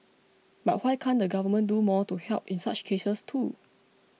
but why can't the government do more to help in such cases too